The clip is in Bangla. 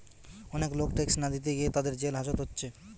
অনেক লোক ট্যাক্স না দিতে গিয়ে তাদের জেল হাজত হচ্ছে